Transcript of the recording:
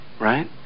right